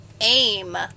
aim